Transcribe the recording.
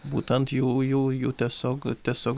būtent jų jų jų tiesiog tiesiog